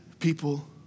people